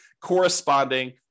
corresponding